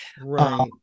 Right